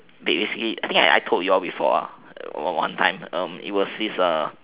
I think I told you all before one time it was this a